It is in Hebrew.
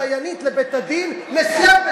דורית בייניש היא נשיאה,